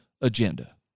agenda